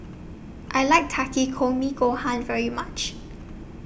I like Takikomi Gohan very much